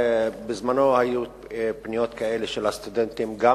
בעבר היו פניות כאלה של הסטודנטים גם